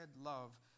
love